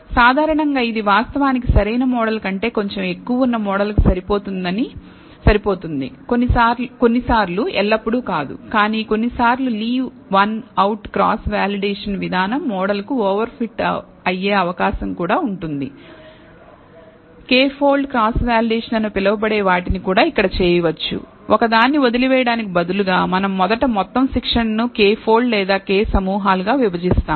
సాధారణంగా ఇది వాస్తవానికి సరైన మోడల్ కంటే కొంచెం ఎక్కువ ఉన్న మోడల్కు సరిపోతుంది కొన్నిసార్లు ఎల్లప్పుడూ కాదు కానీ కొన్నిసార్లు leave one out cross validation విధానం మోడల్ కు ఓవర్ ఫిట్ అయ్యే అవకాశం కూడా ఉంటుంది K పోల్డ్ క్రాస్ వాలిడేషన్ అని పిలువబడే వాటిని కూడా ఇక్కడ చేయవచ్చు ఒకదాన్ని వదిలివేయడానికి బదులుగా మనం మొదట మొత్తం శిక్షణను k పోల్డ్ లేదా K సమూహాలు గా విభజిస్తాము